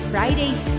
Fridays